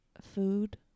Food